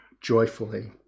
joyfully